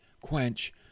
quench